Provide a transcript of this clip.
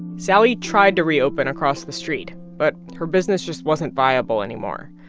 sally tried to reopen across the street, but her business just wasn't viable anymore,